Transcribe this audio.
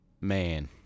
Man